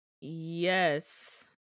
Yes